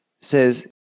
says